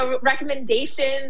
recommendations